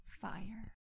fire